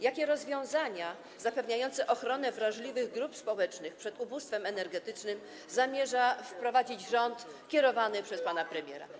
Jakie rozwiązania zapewniające ochronę wrażliwych grup społecznych przed ubóstwem energetycznym zamierza wprowadzić rząd kierowany przez pana premiera?